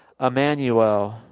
Emmanuel